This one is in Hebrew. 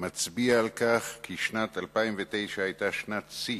מצביע על כך ששנת 2009 היתה שנת שיא